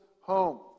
home